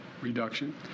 reduction